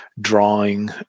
drawing